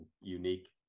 unique